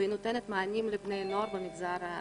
ונותנת מענים לבני נוער במגזר החרדי.